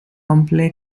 multiple